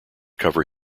cover